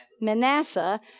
Manasseh